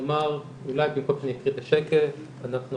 אולי במקום שאני אקריא את השקף אני אומר שאנחנו